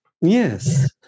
Yes